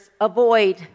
avoid